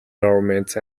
government